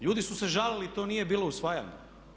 Ljudi su se žalili i to nije bilo usvajano.